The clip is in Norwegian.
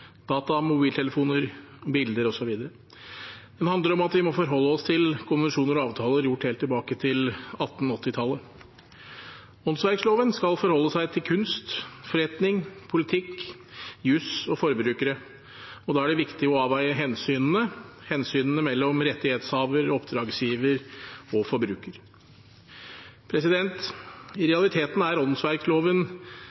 data, mobiltelefoner, bilder osv. Den handler om at vi må forholde oss til konvensjoner og avtaler gjort helt tilbake til 1880-tallet. Åndsverkloven skal forholde seg til kunst, forretning, politikk, jus og forbrukere, og da er det viktig å avveie hensynene – hensynene mellom rettighetshaver, oppdragsgiver og forbruker. I